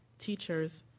teachers,